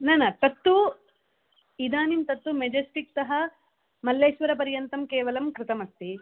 न न तत्तू इदानीं तत्तु मेजेस्टिक् तः मल्लेश्वरपर्यन्तं केवलं कृतमस्ति